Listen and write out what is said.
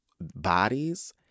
bodies